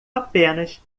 apenas